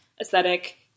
aesthetic